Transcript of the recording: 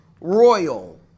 royal